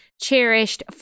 Cherished